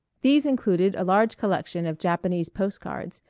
these included a large collection of japanese post cards,